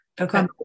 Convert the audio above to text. okay